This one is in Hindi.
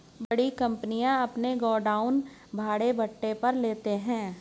बड़ी कंपनियां अपने गोडाउन भाड़े पट्टे पर लेते हैं